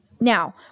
Now